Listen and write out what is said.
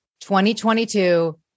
2022